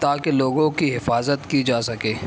تاکہ لوگوں کی حفاظت کی جا سکے